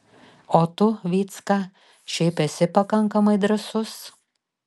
o tu vycka šiaip esi pakankamai drąsus